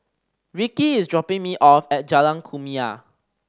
Rikki is dropping me off at Jalan Kumia